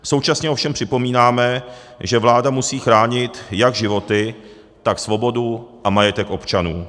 Současně ovšem připomínáme, že vláda musí chránit jak životy, tak svobodu a majetek občanů.